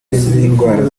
n’indwara